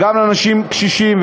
על אנשים קשישים,